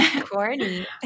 Corny